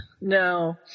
No